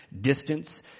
distance